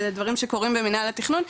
אלה דברים שקורים במינהל התכנון,